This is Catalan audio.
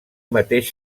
mateix